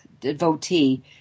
devotee